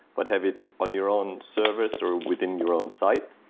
but have it on your own servers or within your own site,